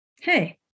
hey